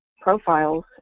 profiles